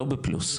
לא בפלוס,